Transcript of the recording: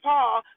Paul